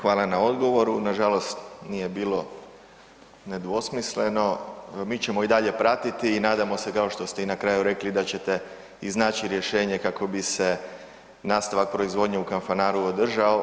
Hvala na odgovoru, nažalost nije bilo nedvosmisleno, mi ćemo i dalje pratiti i nadamo se kao što ste i na kraju rekli da ćete iznaći rješenje kako bi se nastavak proizvodnje u Kanfanaru održao.